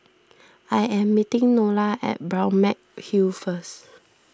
I am meeting Nola at Balmeg Hill first